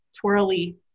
twirly